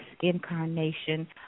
incarnation